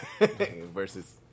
versus